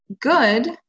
good